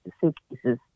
suitcases